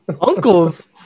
Uncles